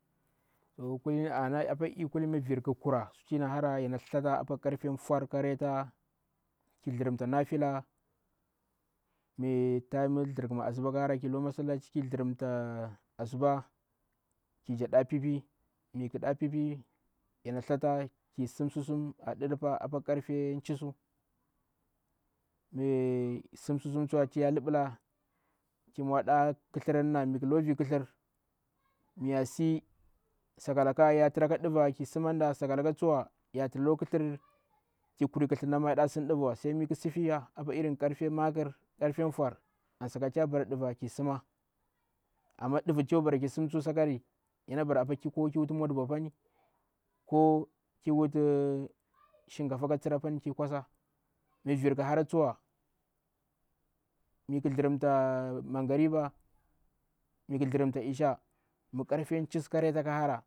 To kuli mi vir k kura, su tu yana hara yana tsthata apaa kafe foar ka rata. Ki nujir nafila. Mi time thdir kma asuba khi hara ki lukwa masallaci ki thdirimta assuba mik nɗa pipi mik nɗa pipi yana thstha yana thattaki simsusum a ɗuɗupa apa karfe chiissuuw miki simsusum tsuwa tumya luɗula ki mwaɗa kithir na miki low vi kithir miya sii sakata ka yatra ka nɗuva ki simma anda sakalakatsuwa ya tra low kithir ki kuri kithirin na maa yaɗa sim ɗuvuwa sai mikhi sifiya apa irin karfe makr, karfe foar an saka tu yabara ɗuva ki sima kari yana bara apa kiwutu mwa ɗubu pai ko shinkafa ka tsir pani ki kuasar mi vir khihara tsuwa mikli thlrimta magrib mi mhi thdirinta isha mikarfe chiissuuw kareta khi hara.